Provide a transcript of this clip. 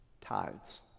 tithes